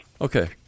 Okay